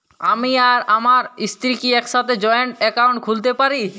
আমি আর আমার স্ত্রী কি একসাথে জয়েন্ট অ্যাকাউন্ট খুলতে পারি?